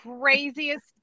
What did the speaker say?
craziest